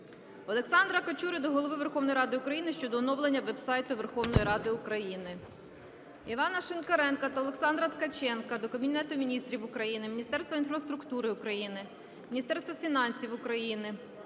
Олександра Качури до Голови Верховної Ради України щодо оновлення веб-сайту Верховної Ради України. Івана Шинкаренка та Олександра Ткаченка до Кабінету Міністрів України, Міністерства інфраструктури України, Міністерства фінансів України,